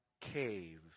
cave